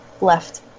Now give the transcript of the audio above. left